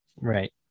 Right